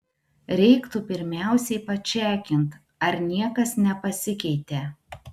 reiktų pirmiausiai pačekint ar niekas nepasikeitė